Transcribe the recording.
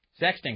Sexting